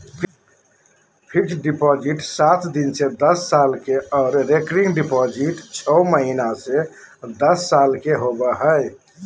fixed deposit सात दिन से दस साल के आर रेकरिंग डिपॉजिट छौ महीना से दस साल के होबय हय